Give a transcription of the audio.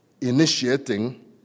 initiating